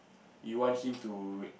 you want him to